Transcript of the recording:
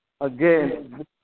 again